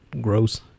gross